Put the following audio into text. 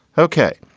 ok,